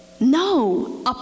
No